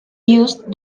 used